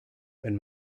wenn